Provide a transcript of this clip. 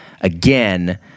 again